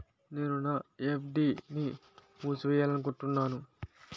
నేను నా ఎఫ్.డి ని మూసివేయాలనుకుంటున్నాను